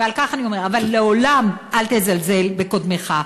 ועל כך אני, אבל לעולם אל תזלזל בקודמיך.